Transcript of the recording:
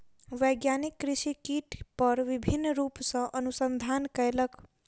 वैज्ञानिक कृषि कीट पर विभिन्न रूप सॅ अनुसंधान कयलक